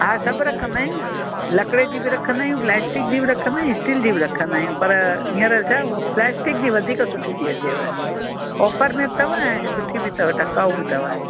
हा सभु रखंदा आहियूं लकिड़े जी बि रखंदा आहियूं प्लास्टिक जी बि रखंदा आहियूं स्टील जी बि रखंदा आहियूं पर हींअर छा प्लास्टिक ॼी वधीक सुठी थी अचेव ऑफर में अथव ऐं सुठी भी अथव टिकाऊ बि अथव